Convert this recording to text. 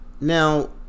now